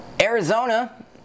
Arizona